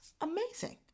amazing